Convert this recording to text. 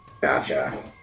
Gotcha